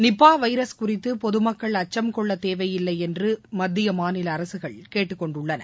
நிபாவைரஸ் குறித்தபொதுமக்கள் அச்சம் கொள்ளத் தேவையில்லைஎன்றுமத்தியமாநிலஅரசுகள் கேட்டுக் கொண்டுள்ளன